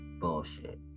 bullshit